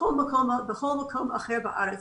בכל מקום אחר בארץ.